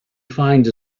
finds